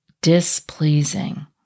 displeasing